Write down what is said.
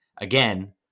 again